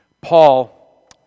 Paul